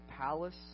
palace